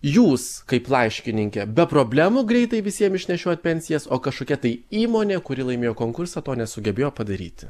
jūs kaip laiškininkė be problemų greitai visiem išnešiojat pensijas o kažkokia tai įmonė kuri laimėjo konkursą to nesugebėjo padaryti